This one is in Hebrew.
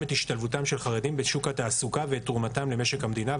את השתתפותם של חרדים בשוק התעסוקה ואת תרומתם למשק המדינה,